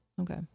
Okay